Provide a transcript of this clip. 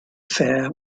fair